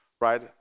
right